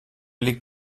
liegt